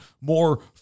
more